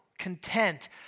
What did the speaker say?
content